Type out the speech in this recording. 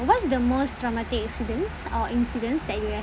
what's the most dramatic accidents or incidents that you've